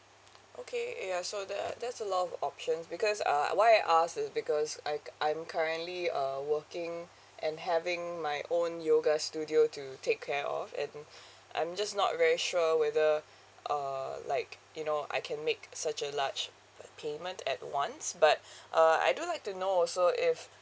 okay ya so that that's a lot of options because uh why I ask is because I I'm currently uh working and having my own yoga studio to take care of and I'm just not very sure whether uh like you know I can make such a large payment at once but uh I do like to know also if